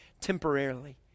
temporarily